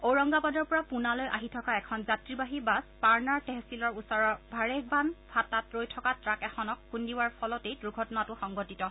ওৰংগাবাদৰ পৰা পূণালৈ আহি থকা এখন যাত্ৰীবাহী বাছ পাৰ্নাৰ টেহছিলৰ ওচৰৰ ভাড়েগভহান ফাটাত ৰৈ থকা ট্ৰাক এখনক খুন্দিওৱাৰ ফলতেই দুৰ্ঘটনাটো সংঘটিত হয়